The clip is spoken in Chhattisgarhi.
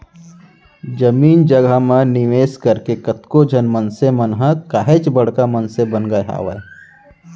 जमीन जघा म निवेस करके कतको झन मनसे मन ह काहेच बड़का मनसे बन गय हावय